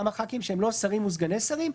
כמה חברי הכנסת שהם לא שרים וסגני שרים,